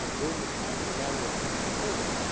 ah during the time of the battle of pensacola,